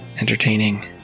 entertaining